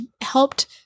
helped